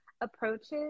approaches